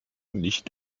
nicht